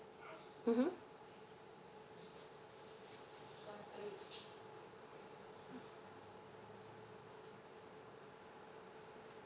mmhmm